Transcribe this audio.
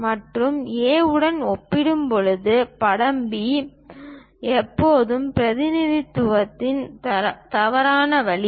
படம் A உடன் ஒப்பிடும்போது படம் B என்பது பிரதிநிதித்துவத்தின் தவறான வழி